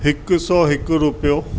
हिकु सौ हिकु रुपयो